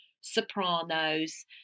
Sopranos